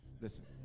Listen